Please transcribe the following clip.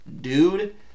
dude